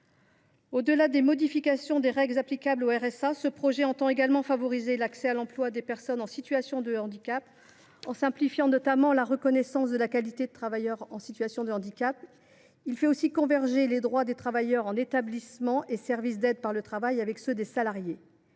Au delà d’une modification des règles applicables au RSA, ce projet de loi tend également à favoriser l’accès à l’emploi des personnes en situation de handicap, en simplifiant notamment la reconnaissance de la qualité de travailleur handicapé. Il fait aussi converger les droits des travailleurs en établissement et service d’aide par le travail avec ceux des salariés.